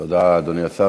תודה, אדוני השר.